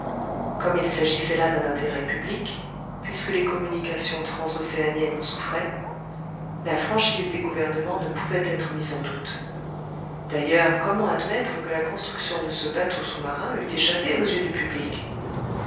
comme il s'agissait là d'un intérêt public puisque les communications transocéaniennes en souffraient la franchise des gouvernements ne pouvait être mise en doute d'ailleurs comment admettre que la construction de ce bateau sous-marin eût échappé aux yeux du public